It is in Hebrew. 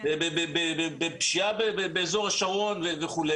בפשיעה באזור השרון וכו',